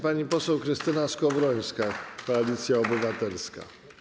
Pani poseł Krystyna Skowrońska, Koalicja Obywatelska.